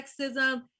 sexism